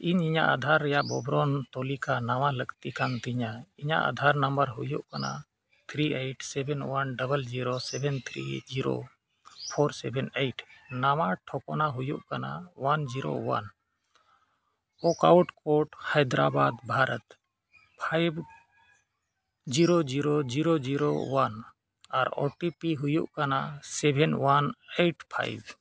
ᱤᱧ ᱤᱧᱟᱹᱜ ᱟᱫᱷᱟᱨ ᱨᱮᱭᱟᱜ ᱵᱚᱨᱱᱚᱱ ᱛᱟᱹᱞᱤᱠᱟ ᱱᱟᱣᱟ ᱞᱟᱹᱠᱛᱤ ᱠᱟᱱ ᱛᱤᱧᱟ ᱤᱧᱟᱹᱜ ᱦᱩᱭᱩᱜ ᱠᱟᱱᱟ three eight seven one zero seven three zero four seven eight nine ᱴᱷᱤᱠᱟᱱᱟ ᱦᱩᱭᱩᱜ ᱠᱟᱱᱟ ᱚᱣᱟᱱ ᱡᱤᱨᱳ ᱚᱣᱟᱱ ᱚᱠᱟᱣᱩᱴ ᱠᱳᱨᱴ Hyderabad Bharat five zero zero zero zero one ᱟᱨ ᱦᱩᱭᱩᱜ ᱠᱟᱱᱟ ᱥᱮᱵᱷᱮᱱ ᱚᱣᱟᱱ ᱮᱭᱤᱴ ᱯᱷᱟᱭᱤᱵᱷ